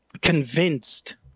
convinced